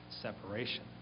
separation